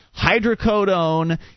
hydrocodone